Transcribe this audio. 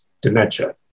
dementia